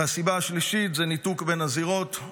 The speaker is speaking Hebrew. והסיבה השלישית זה ניתוק בין הזירות,